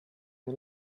you